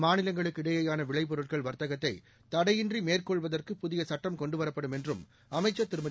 மாநிலங்களுக்கிடையிலான விளைப்பொருட்கள் வாத்தகத்தை தடையின்றி மேற்கொள்வதற்கு புதிய சுட்டம் கொண்டு வரப்படும் என்றும் அமைச்சள் திருமதி